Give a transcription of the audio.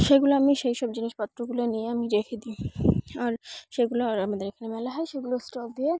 সেগুলো আমি সেই সব জিনিসপত্রগুলো নিয়ে আমি রেখে দিই আর সেগুলো আর আমাদের এখানে মেলা হয় সেগুলো স্টল